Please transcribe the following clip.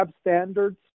standards